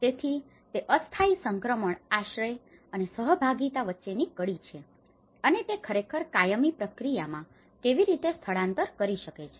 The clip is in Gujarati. તેથી તે અસ્થાયી સંક્રમણ આશ્રય અને સહભાગિતા વચ્ચેની કડી છે અને તે ખરેખર કાયમી પ્રક્રિયામાં કેવી રીતે સ્થળાંતર કરી શકે છે